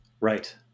right